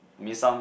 mean some